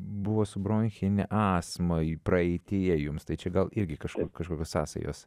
buvo su bronchine astma praeityje jums tai čia gal irgi kažko kažkokios sąsajos